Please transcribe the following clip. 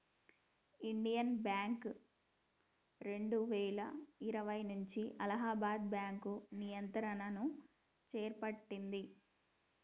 Indian Bank రెండువేల ఇరవై నుంచి అలహాబాద్ బ్యాంకు నియంత్రణను చేపట్టింది